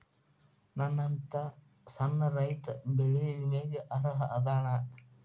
ನನ್ನಂತ ಸಣ್ಣ ರೈತಾ ಬೆಳಿ ವಿಮೆಗೆ ಅರ್ಹ ಅದನಾ?